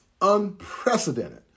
unprecedented